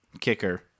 Kicker